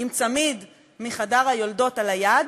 עם צמיד מחדר היולדות על היד,